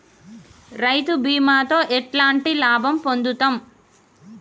రైతు బీమాతో ఎట్లాంటి లాభం పొందుతం?